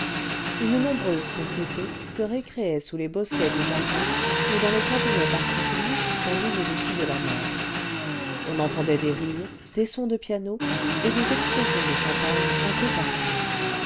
une nombreuse société se récréait sous les bosquets du jardin ou dans les cabinets particuliers suspendus au-dessus de la mer on entendait des rires des sons de piano et des explosions de champagne un peu partout